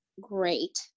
great